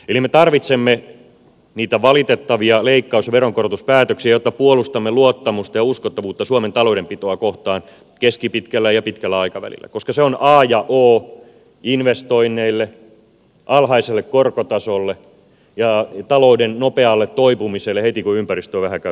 eli me tarvitsemme niitä valitettavia leikkaus ja veronkorotuspäätöksiä jotta puolustamme luottamusta ja uskottavuutta suomen taloudenpitoa kohtaan keskipitkällä ja pitkällä aikavälillä koska se on a ja o investoinneille alhaiselle korkotasolle ja talouden nopealle toipumiselle heti kun ympäristö on vähänkään suotuisa